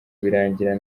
birangira